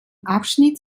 abschnitt